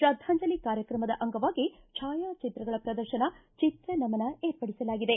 ಶ್ರದ್ದಾಂಜಲಿ ಕಾರ್ಯಕ್ರಮದದ ಅಂಗವಾಗಿ ಛಾಯಾಚಿತ್ರಗಳ ಪ್ರದರ್ಶನ ಚಿತ್ರ ನಮನ ವಿರ್ಪಡಿಸಲಾಗಿದೆ